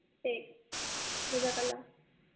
ٹھیک جزاک اللہ